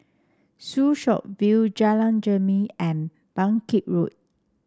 Soo Chow View Jalan Jermin and Bangkit Road